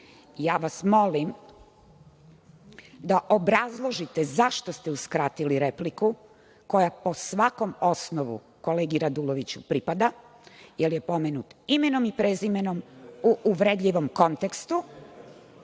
vas da obrazložite zašto ste uskratili repliku koja po svakom osnovu kolegi Raduloviću pripada, jer je pomenut imenom i prezimenom u uvredljivom kontekstu,